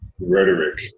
rhetoric